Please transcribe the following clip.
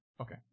okay